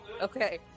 Okay